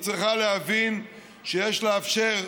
היא צריכה להבין שיש לאפשר,